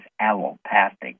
allopathic